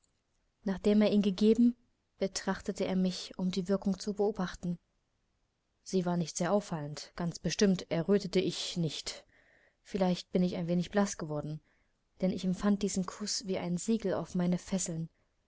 nachdem er ihn gegeben betrachtete er mich um die wirkung zu beobachten sie war nicht sehr auffallend ganz bestimmt errötete ich nicht vielleicht bin ich ein wenig blaß geworden denn ich empfand diesen kuß wie ein siegel auf meine fesseln